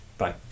Bye